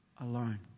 alone